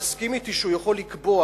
אבל תסכים אותי שהוא יכול לקבוע,